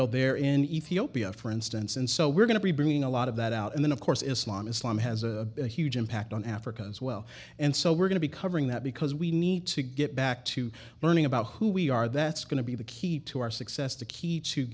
know they're in ethiopia for instance and so we're going to be bringing a lot of that out and then of course islam islam has a huge impact on africa as well and so we're going to be covering that because we need to get back to learning about who we are that's going to be the key to our success to key to